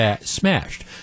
smashed